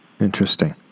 Interesting